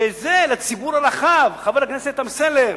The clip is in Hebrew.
שזה לציבור הרחב, חבר הכנסת אמסלם,